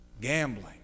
gambling